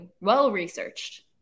Well-researched